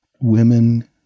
women